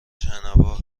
شنوا